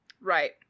Right